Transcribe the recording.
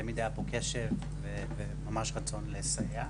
תמיד היה פה קשב וממש רצון לסייע.